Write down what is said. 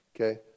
okay